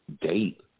date